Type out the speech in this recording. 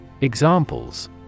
Examples